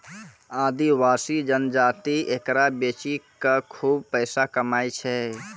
आदिवासी जनजाति एकरा बेची कॅ खूब पैसा कमाय छै